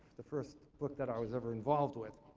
the first book that i was ever involved with.